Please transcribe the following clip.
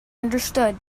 understood